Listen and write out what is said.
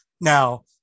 Now